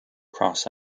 cross